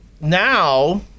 now